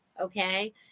okay